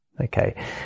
Okay